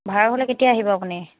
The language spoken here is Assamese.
ভাড়াঘৰলৈ কেতিয়া আহিব আপুনি